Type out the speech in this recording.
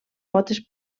potes